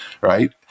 right